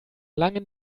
langen